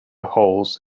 holes